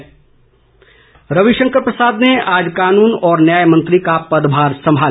पदभार रविशंकर प्रसाद ने आज कानून और न्याय मंत्री का पदभार संभाला